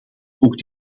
ook